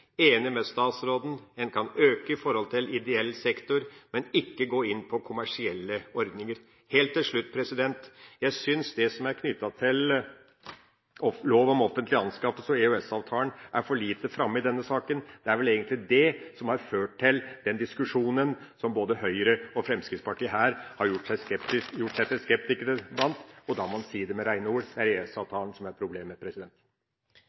enig med statsråden – en kan øke innen ideell sektor, men ikke gå inn på kommersielle ordninger. Helt til slutt: Jeg syns det som er knyttet til lov om offentlige anskaffelser og EØS-avtalen er for lite framme i denne saken. Det er vel egentlig dét som har ført til den diskusjonen der både Høyre og Fremskrittspartiet har gjort seg til skeptikere. Og da må en si det med rene ord: Det er